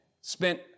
spent